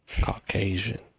Caucasian